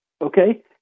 okay